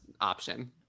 option